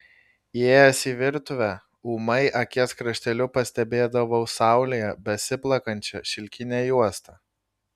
įėjęs į virtuvę ūmai akies krašteliu pastebėdavau saulėje besiplakančią šilkinę juostą